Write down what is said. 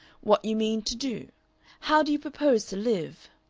what you mean to do how do you propose to live?